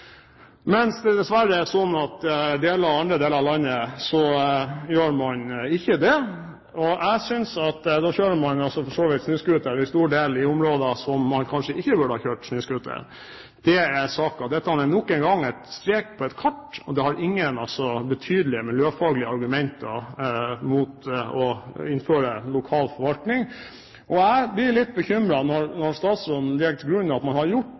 mens det dessverre er sånn at i andre deler av landet gjør man ikke det. Da kjører man snøscooter for en stor del i områder der man kanskje ikke burde ha kjørt snøscooter. Det er saken. Dette er, nok en gang, en strek på et kart, og man har ingen betydelige miljøfaglige argumenter mot å innføre lokal forvaltning. Jeg blir litt bekymret når statsråden legger til grunn at man har gjort